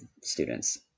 students